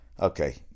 okay